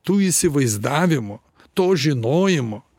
tų įsivaizdavimų to žinojimo